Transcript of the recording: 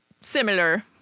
similar